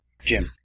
Jim